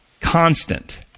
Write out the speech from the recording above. constant